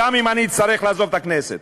גם אם אצטרך לעזוב את הכנסת.